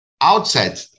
outside